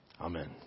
Amen